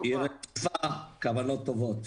היא רצופה כוונות טובות.